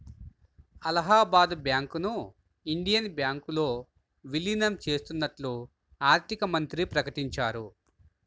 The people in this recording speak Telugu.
అలహాబాద్ బ్యాంకును ఇండియన్ బ్యాంకులో విలీనం చేత్తన్నట్లు ఆర్థికమంత్రి ప్రకటించారు